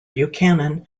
buchanan